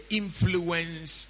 influence